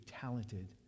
talented